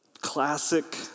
classic